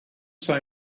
say